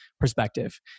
perspective